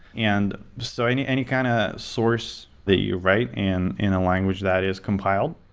and so any any kind of source that you write in in a language that is compiled,